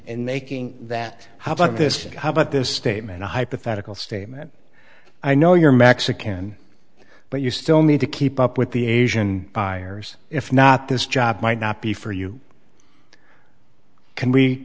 and making that how about this how about this statement a hypothetical statement i know you're mexican but you still need to keep up with the asian buyers if not this job might not be for you can